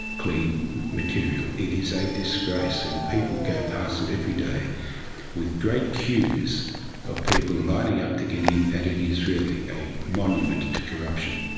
clean material. it is a disgrace. and people go past it every day with great queues of people lining up to get in and it is really a monument to corruption.